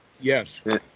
Yes